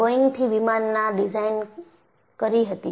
બોઇંગથી વિમાનમાં ડિઝાઇન કરી હતી